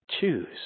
choose